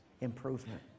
improvement